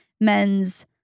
men's